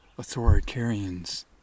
authoritarians